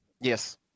Yes